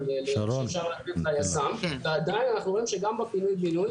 שאפשר לתת ליזם ועדיין אנחנו רואים שגם בפינוי בינוי,